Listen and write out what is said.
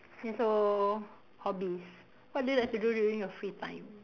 ya so hobbies what do you like to do during your free time